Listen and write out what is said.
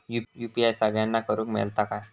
UPI सगळ्यांना करुक मेलता काय?